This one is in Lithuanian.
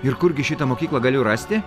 ir kurgi šitą mokyklą galiu rasti